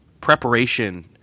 preparation –